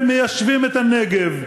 שמיישבים את הנגב,